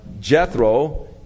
Jethro